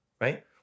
Right